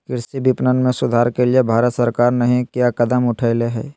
कृषि विपणन में सुधार के लिए भारत सरकार नहीं क्या कदम उठैले हैय?